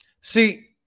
See